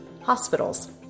hospitals